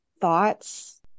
thoughts